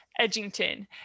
Edgington